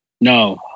No